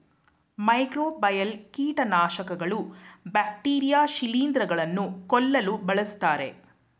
microbial ಕೀಟನಾಶಕಗಳು bacteria ಶಿಲಿಂದ್ರ ಗಳನ್ನು ಕೊಲ್ಲಲು ಬಳ್ಸತ್ತರೆ